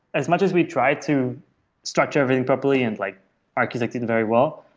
as much as we try to structure everything properly and like architect it very well,